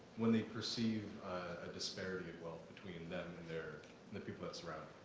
when they perceive a disparity of wealth between them and there, and the people that surround